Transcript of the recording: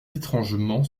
étrangement